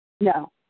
No